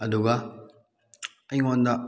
ꯑꯗꯨꯒ ꯑꯩꯉꯣꯟꯗ